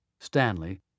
Stanley